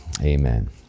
amen